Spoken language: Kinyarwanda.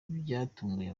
byatunguye